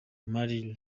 marie